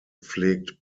pflegt